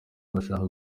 bashaka